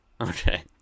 Okay